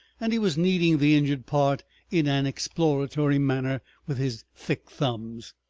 and he was kneading the injured part in an exploratory manner with his thick thumbs.